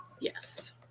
Yes